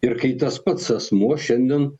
ir kai tas pats asmuo šiandien